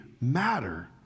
matter